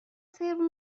سرو